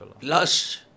Plus